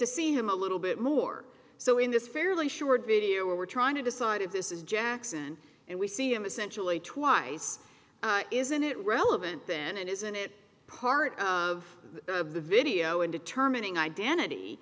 to see him a little bit more so in this fairly short video where we're trying to decide if this is jackson and we see him essentially twice isn't it relevant then and isn't it part of the video in determining identity